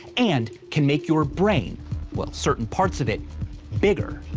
and can make your brain well certain parts of it bigger.